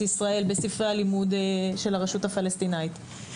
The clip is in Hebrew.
ישראל בספרי הלימוד של הרשות הפלסטינית.